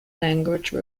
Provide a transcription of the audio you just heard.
language